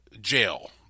jail